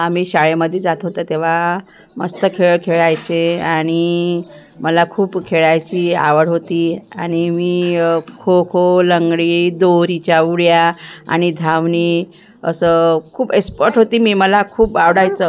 आम्ही शाळेमध्ये जात होतं तेव्हा मस्त खेळ खेळायचे आणि मला खूप खेळायची आवड होती आणि मी खो खो लंगडी दोरीच्या उड्या आणि धावणे असं खूप एस्पर्ट होते मी मला खूप आवडायचं